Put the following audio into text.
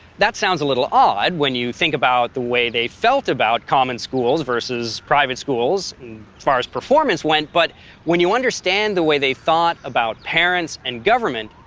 that sounds a little odd when you think about the way they felt about common schools versus private schools as far as performance went but when you understand the way they thought about parents and government,